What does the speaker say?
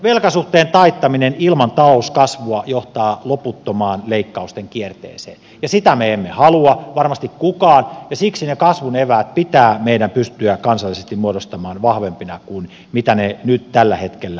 velkasuhteen taittaminen ilman talouskasvua johtaa loputtomaan leikkausten kierteeseen ja sitä me emme halua varmasti kukaan ja siksi ne kasvun eväät pitää meidän pystyä kansallisesti muodostamaan vahvemmiksi kuin ne nyt tällä hetkellä ovat